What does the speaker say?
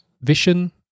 vision